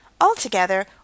Altogether